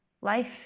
life